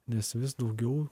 nes vis daugiau